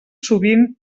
sovint